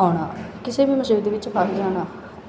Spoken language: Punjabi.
ਆਉਣਾ ਕਿਸੇ ਵੀ ਮੁਸੀਬਤ ਦੇ ਵਿੱਚ ਫਸ ਜਾਣਾ